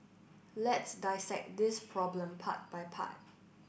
let's dissect this problem part by part